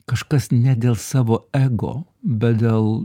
kažkas ne dėl savo ego bet dėl